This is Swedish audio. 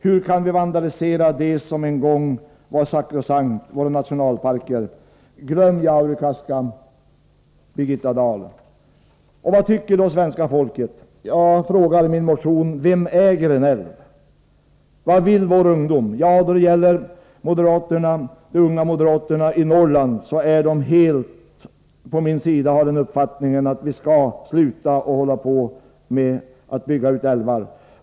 Hur kan vi vandalisera det som en gång var sakrosankt, våra nationalparker? Glöm Jaurekaska, Birgitta Dahl! Vad tycker då svenska folket? Jag frågar i min motion: Vem äger en älv, vad vill vår ungdom? Ja, vad beträffar de unga moderaterna i Norrland kan jag säga att de är helt på min sida. De har den uppfattningen att vi skall sluta med att bygga ut älvar.